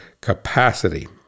Capacity